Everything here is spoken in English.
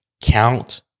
Count